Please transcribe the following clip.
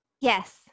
Yes